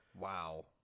Wow